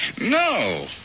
No